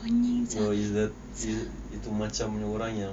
oh is the is itu macam orang yang